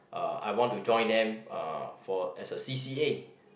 uh I want to join them uh for as a C_c_A